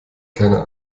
keine